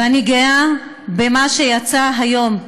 ואני גאה במה שיצא היום.